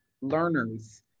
learners